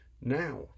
now